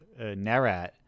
Narrat